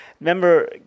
Remember